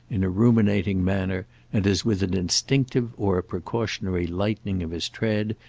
in a ruminating manner and as with an instinctive or a precautionary lightening of his tread,